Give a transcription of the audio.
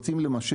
הם רוצים למשש,